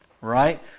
Right